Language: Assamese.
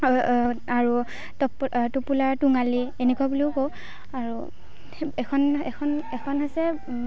আৰু টপ টোপোলা টোঙালি এনেকুৱা বুলিও কওঁ আৰু এখন এখন এখন হৈছে বুকুত